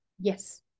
yes